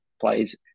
plays